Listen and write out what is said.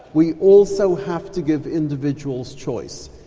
we also have to give individuals choice.